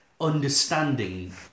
understanding